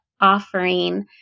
offering